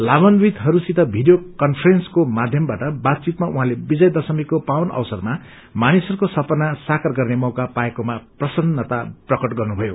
लाभान्वितहरूसित video कान्फ्रेन्सको माध्यमबाट बातचितमा उहाँले विजयादशमीको पावन अवसरमा मानिसहरूको सपना साकार गर्ने मौका पाएको प्रसन्नता प्रकट गर्नुभयो